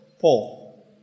Paul